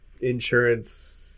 insurance